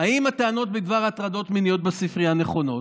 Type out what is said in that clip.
האם הטענות בדבר הטרדות מיניות בספרייה נכונות?